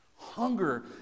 Hunger